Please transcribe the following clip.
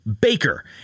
Baker